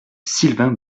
sylvain